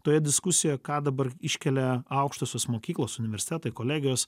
toje diskusijoje ką dabar iškelia aukštosios mokyklos universitetai kolegijos